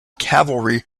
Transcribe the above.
cavalry